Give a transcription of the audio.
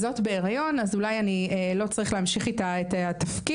אם זאת בהריון - אז אולי אני לא צריך להמשיך איתה את התפקיד,